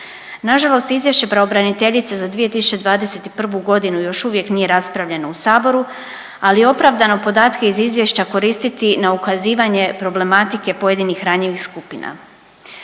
Na žalost Izvješće pravobraniteljice za 2021. godinu još uvijek nije raspravljeno u Saboru, ali je opravdano podatke iz izvješća koristiti na ukazivanje problematike pojedinih ranjivih skupina.